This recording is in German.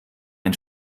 ein